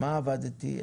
במה עבדתי?